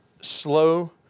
slow